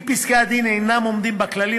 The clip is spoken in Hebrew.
אם פסקי-הדין אינם עומדים בכללים